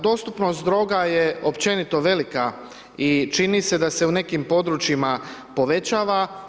Dostupnost droga je općenito velika i čini se da se u nekim područjima povećava.